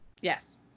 Yes